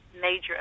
major